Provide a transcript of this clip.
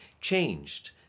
changed